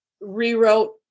rewrote